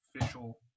official